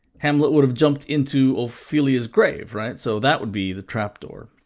hamlet would have jumped into ophelia's grave, right? so that would be the trapdoor.